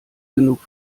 genug